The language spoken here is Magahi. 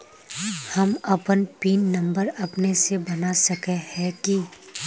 हम अपन पिन नंबर अपने से बना सके है की?